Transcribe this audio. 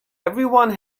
everyone